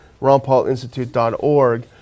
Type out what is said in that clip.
ronpaulinstitute.org